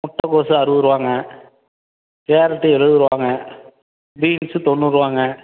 முட்டகோஸு அறுவது ரூபாங்க கேரட்டு எழுவது ரூபாங்க பீன்ஸு தொண்ணூறு ரூபாங்க